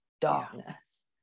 darkness